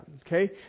okay